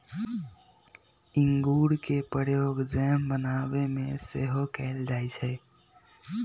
इंगूर के प्रयोग जैम बनाबे में सेहो कएल जाइ छइ